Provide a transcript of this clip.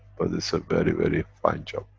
but it's a very, very fine job.